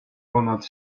ponad